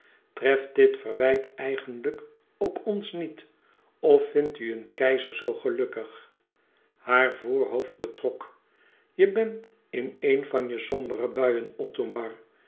treft dit verwijt eigenlijk ook ons niet of vindt u een keizer zoo gelukkig haar voorhoofd betrok je bent in een van je sombere buien